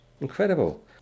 incredible